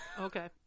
okay